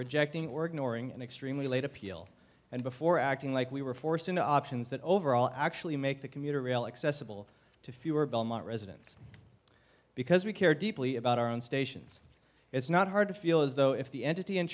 rejecting or ignoring an extremely late appeal and before acting like we were forced into options that overall actually make the commuter rail accessible to fewer belmont residents because we care deeply about our own stations it's not hard to feel as though if the entity in